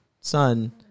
son